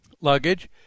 luggage